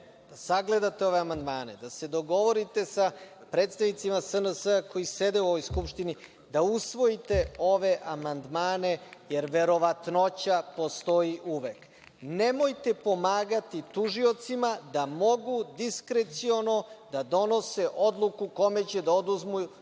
sagledate ove amandmane, da se dogovorite sa predstavnicima SNS koji sede u ovoj Skupštini da usvojite ove amandmane, jer verovatnoća postoji uvek. Nemojte pomagati tužiocima da mogu diskreciono da donose odluku kome će da oduzmu